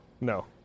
No